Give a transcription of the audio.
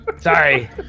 Sorry